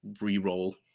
re-roll